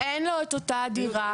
אין לו את אותה הדירה.